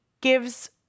gives